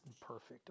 perfect